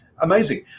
amazing